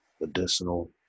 medicinal